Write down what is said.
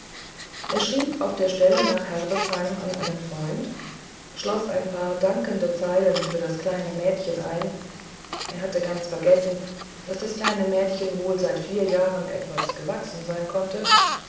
er schrieb auf der stelle nach herbesheim an einen freund schloß ein paar dankbare zeilen für das kleine mädchen ein er hatte aber vergessen daß das kleine mädchen wohl seit vier jahren etwas gewachsen sein konnte